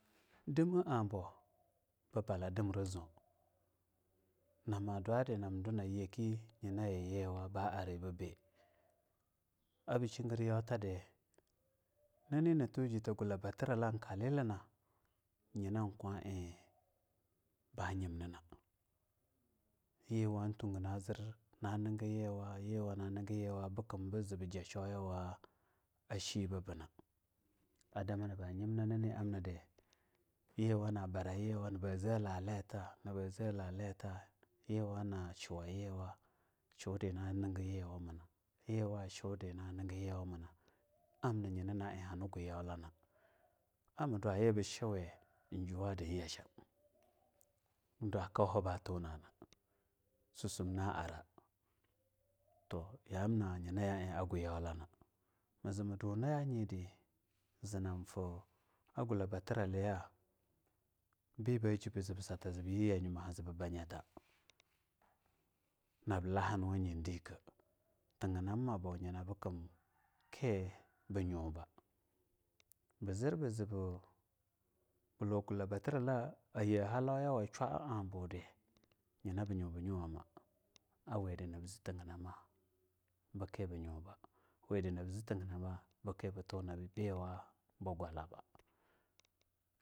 Dim abu ba balab a zaw nama dwadi namla na nyebe yina yakha ba aribubea yewa nyina yakha ba ari bubea, arbu shigir yawtadi nani nitmoji ta gula batirala kalilana nyina ba nyemnina yiwa tuga nazirna nigu yiwa yiwa na nigu yiwa bekim bu zee buja shwoyiwa shi bbabina adamanaba nyem na na amnidi yiwa na bara yiwa yiwa na bara yiwa naba zah laleta nabah zea, laleta yiwa na shuwa yiwa, shudi na niga yiwa mana yiwa na nigu yiwa amna nyina naaee hani gu yawlina ar maduyi ba shuwe juwana hani yalana yah sham ar ma dwa kauha ba tunana susum na ara to yamna nyina ya ie hani gu yaula, mazee ma duna yawanyidi zee ma duna yanyidi a gula bati raliya beba jib busatadi nab bah nyata, nab yie yayuma ha-nab lahinwanyi dinka tigeanamamabu nyena bukum bekea bu nyuba, buzer buzee bulu gulabatirala ayea alawa shwa a-a budi nyena bu nyubu nyuwama arwedi nab zee tiginama ke bu nyuba wedi nab zee tiginama bekeabu nyuba nab tubu biwa bu gwala.